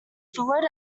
followed